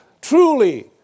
truly